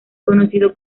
conocido